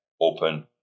open